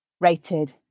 rated